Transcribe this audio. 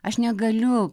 aš negaliu